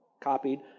copied